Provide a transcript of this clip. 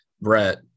Brett